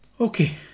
Okay